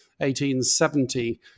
1870